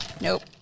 Nope